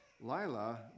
Lila